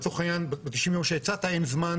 לצורך העניין ב-90 הימים שהצעת אין זמן